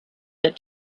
that